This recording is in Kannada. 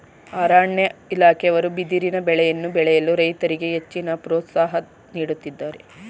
ಅರಣ್ಯ ಇಲಾಖೆಯವರು ಬಿದಿರಿನ ಬೆಳೆಯನ್ನು ಬೆಳೆಯಲು ರೈತರಿಗೆ ಹೆಚ್ಚಿನ ಪ್ರೋತ್ಸಾಹ ನೀಡುತ್ತಿದ್ದಾರೆ